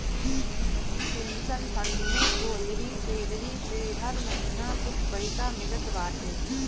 pension fund में तोहरी salary से हर महिना कुछ पईसा मिलत बाटे